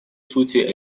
сути